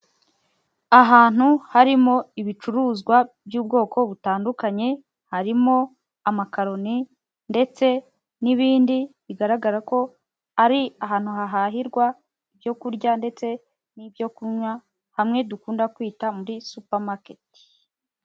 Ahantu harimo ibicuruzwa by'ubwoko butandukanye, harimo amakaroni ndetse n'ibindi, bigaragara ko ari ahantu hahahirwa ibyo kurya ndetse n'ibyokunywa, hamwe dukunda kwita muri supamaketi.